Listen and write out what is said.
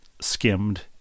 skimmed